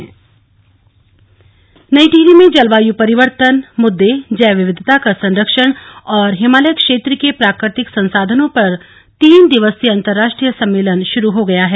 अंतरराष्ट्रीय सम्मेलन नई टिहरी में जलवायु परिवर्तन मुद्दे जैव विविधता का संरक्षण और हिमालय क्षेत्र के प्राकृतिक संसाधनों पर तीन दिवसीय अंतरराष्ट्रीय सम्मेलन शुरू हो गया है